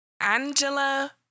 Angela